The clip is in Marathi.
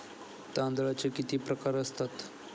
तांदळाचे किती प्रकार असतात?